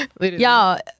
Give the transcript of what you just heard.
Y'all